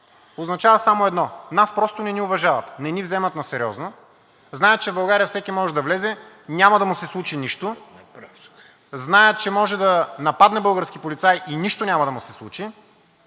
означава само едно – нас просто не ни уважават, не ни вземат на сериозно, знаят, че в България всеки може да влезе и няма да му се случи нищо. Знаят, че могат да нападнат български полицай и нищо няма да му се случи.